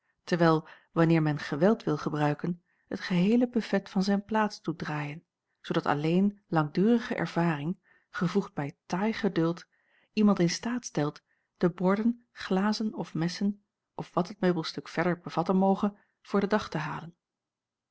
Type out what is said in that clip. terwijl wanneer men geweld wil gebruiken het geheele bufet van zijn plaats doet draaien zoodat alleen langdurige ervaring gevoegd bij taai geduld iemand in staat stelt de borden glazen of messen of wat het meubelstuk verder bevatten moge voor den dag te halen